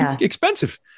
expensive